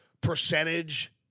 percentage